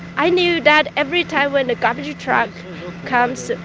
i knew that every time when the garbage truck comes,